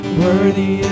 worthy